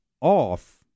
off